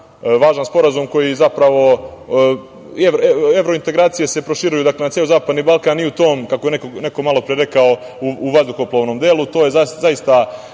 važan sporazum, jer evrointegracije se proširuju na ceo zapadni Balkan i u tom, kako je neko malopre rekao, vazduhoplovnom delu. To je zaista